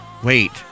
Wait